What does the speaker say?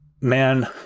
man